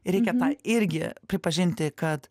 reikia irgi pripažinti kad